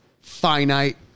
finite